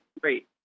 great